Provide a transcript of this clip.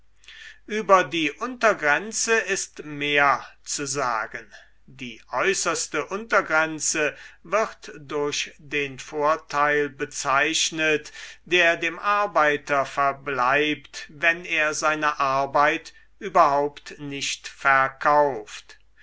über die untergrenze ist mehr zu sagen die äußerste untergrenze wird durch den vorteil bezeichnet der dem arbeiter verbleibt wenn er seine arbeit überhaupt nicht verkauft